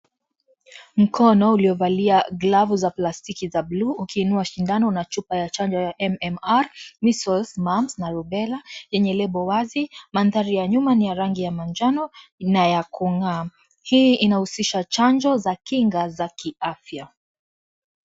Mkono uliovalia glavu za plastiki za bluu ukiinua sindano na chupa ya chanjo ya MMR measles , mumps na Rubella yenye label wazi. Mandhari ya nyuma ni ya rangi ya manjano na ya kungaa'. Hii inahusisha chanjo za kinga za kiafya.